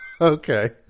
Okay